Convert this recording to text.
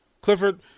Clifford